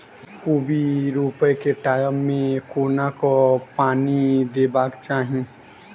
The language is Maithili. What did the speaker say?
कोबी रोपय केँ टायम मे कोना कऽ पानि देबाक चही?